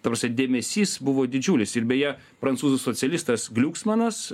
ta prasme dėmesys buvo didžiulis ir beje prancūzų socialistas gliuksmananas